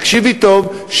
תקשיבי טוב,